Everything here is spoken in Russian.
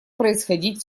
происходить